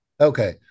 Okay